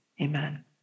Amen